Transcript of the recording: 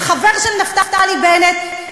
החבר של נפתלי בנט,